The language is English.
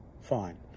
fine